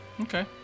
Okay